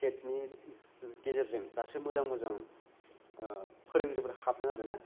टेटनि गेजेरजों दासो मोजां मोजां फोरोंगिरिफोर हाबदों आरोना